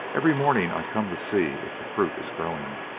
every morning i come to see if the fruit is growing,